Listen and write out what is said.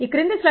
E PV